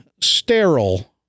sterile